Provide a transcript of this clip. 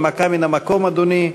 הנמקה מן המקום, אדוני.